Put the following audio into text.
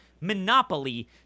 monopoly